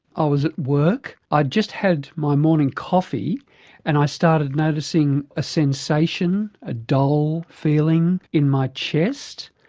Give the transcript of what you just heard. i was at work. i'd just had my morning coffee and i started noticing a sensation, a dull feeling in my chest.